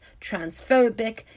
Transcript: transphobic